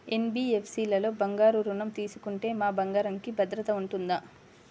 NBFC లలో బంగారు ఋణం తీసుకుంటే మా బంగారంకి భద్రత ఉంటుందా?